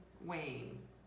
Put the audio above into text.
Wayne